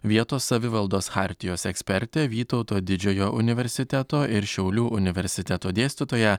vietos savivaldos chartijos eksperte vytauto didžiojo universiteto ir šiaulių universiteto dėstytoja